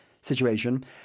situation